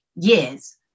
years